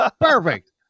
Perfect